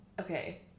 Okay